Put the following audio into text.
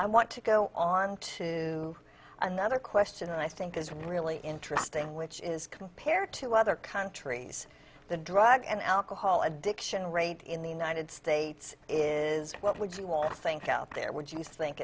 i want to go on to another question i think is really interesting which is compared to other countries the drug and alcohol addiction rate in the united states is what we think out there would you think